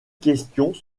questions